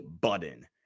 button